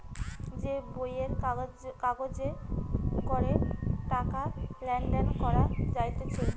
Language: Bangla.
যে বইয়ের কাগজে করে টাকা লেনদেন করা যাইতেছে